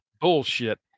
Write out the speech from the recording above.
Bullshit